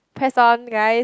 press on guys